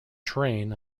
terrain